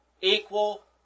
equal